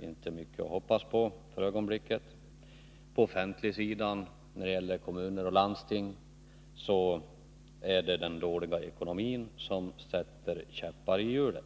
inte är mycket att hoppas på för ögonblicket. På den offentliga sidan — när det gäller kommuner och landsting — är det den dåliga ekonomin som sätter käppar i hjulet.